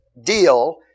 deal